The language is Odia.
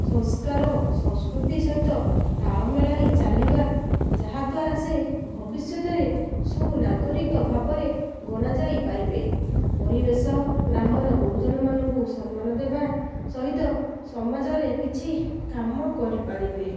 ସଂସ୍କାର ସଂସ୍କୃତି ସହିତ ତାଳମେଳ ହୋଇ ଚାଲିବା ଯାହାଦ୍ୱାରା ସେ ଭବିଷ୍ୟତରେ ସୁନାଗରିକ ଭାବରେ ଗଣାଯାଇ ପାରିବେ ଏଣୁ ଏ ସହ ଗ୍ରାମର ଗୁରୁଜନମାନଙ୍କୁ ସମ୍ମାନ ଦେବା ସହିତ ସମାଜରେ କିଛି କାମ କରିପାରିବେ